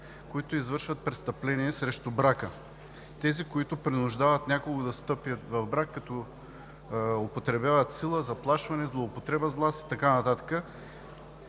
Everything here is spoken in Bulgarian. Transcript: които извършват престъпление срещу брака, тези, които принуждават някого да встъпи в брак, като употребяват сила, заплашване, злоупотреба с власт и така нататък.